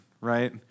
right